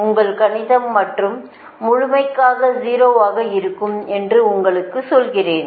உங்கள் கணிதம் மற்றும் முழுமைக்காக 0 ஆக இருக்கும் என்று உங்களுக்குச் சொல்கிறேன்